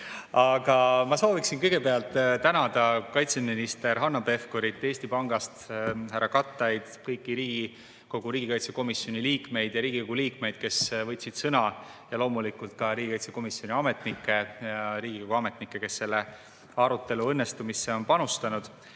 ma sooviksin kõigepealt tänada kaitseminister Hanno Pevkurit, Eesti Pangast härra Kattaid, kõiki riigikaitsekomisjoni liikmeid ja Riigikogu liikmeid, kes võtsid sõna, ning loomulikult ka riigikaitsekomisjoni ametnikke ja Riigikogu [Kantselei] ametnikke, kes selle arutelu õnnestumisse on panustanud. Ma